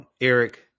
Eric